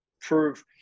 prove